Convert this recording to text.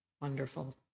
Wonderful